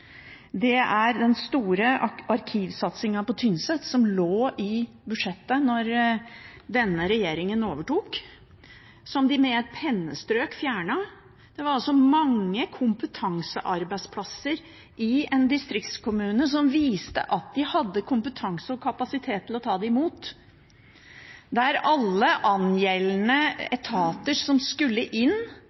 Det er den store arkivsatsingen på Tynset, som lå i budsjettet da denne regjeringen overtok, som de med et pennestrøk fjernet. Det var mange kompetansearbeidsplasser i en distriktskommune som viste at den hadde kompetanse og kapasitet til å ta imot dette, der alle angjeldende etater som skulle inn,